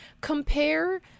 Compare